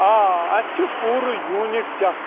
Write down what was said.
آ اَسہِ چھِ پوٗرٕ یوٗنِٹ چھا